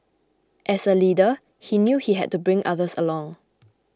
as a leader he knew he had to bring others along